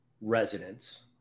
residents